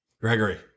Gregory